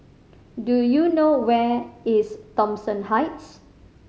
do you know where is Thomson Heights